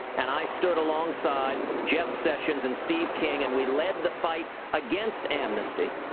and i stood alongside jeff sessions and steve king, and we led the fight against amnesty.